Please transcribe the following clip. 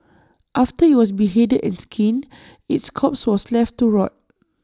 after IT was beheaded and skinned its corpse was left to rot